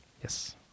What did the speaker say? Yes